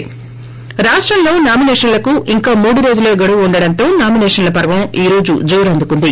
ి రాష్టంలో నామినేషన్లకు ఇంకా ముడురోజులే ఉండడంతో నామినేషన్ల పర్వం ఈ రోజు జోరందుకుంది